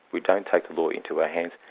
we don't take the law into our hands.